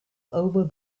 over